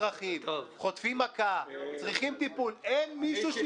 רק סכומים שלא בטוח שקרה איתם משהו?